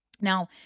Now